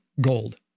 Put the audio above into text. gold